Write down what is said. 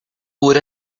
would